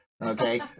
Okay